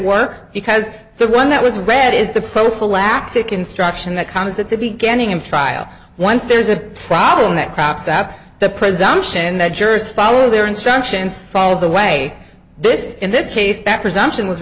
work because the one that was read is the prophylactic instruction that comes at the beginning of trial once there's a problem that crops up the presumption that jurors follow their instructions falls away this in this case that presumption was